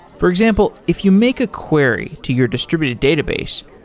for example, if you make a query to your distributed database,